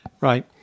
right